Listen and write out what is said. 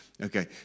Okay